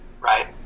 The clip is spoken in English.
right